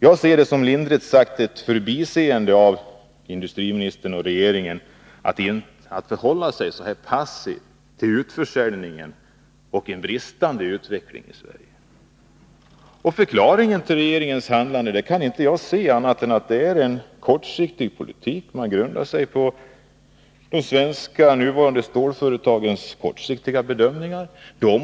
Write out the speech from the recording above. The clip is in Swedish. Jag ser det som lindrigt sagt ett förbiseende av industriministern och regeringen att förhålla sig så passiva till utförsäljningen och till en bristande utveckling i Sverige. Jag kan inte se någon annan förklaring till regeringens handlande än att man grundar sig på en kortsiktig politik. De svenska stålföretagens kortsiktiga bedömningar